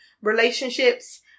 relationships